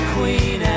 Queen